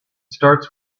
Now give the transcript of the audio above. starts